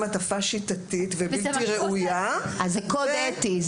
הטפה שיטתית ובלתי ראויה ו- -- אז זה קוד אתי,